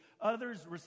Others